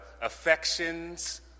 affections